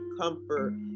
comfort